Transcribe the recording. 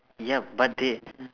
ya but they